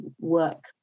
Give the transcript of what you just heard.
work